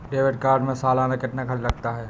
Debit card में सालाना कितना खर्च लगता है?